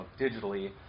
digitally